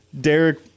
Derek